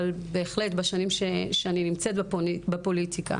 אבל בהחלט בשנים שאני נמצאת בפוליטיקה,